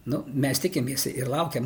nu mes tikimės ir laukiam